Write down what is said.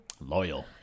loyal